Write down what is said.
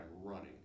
running